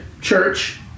church